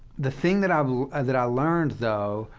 the thing that i that i learned, though,